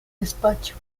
despacho